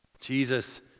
Jesus